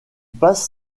passe